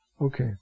Okay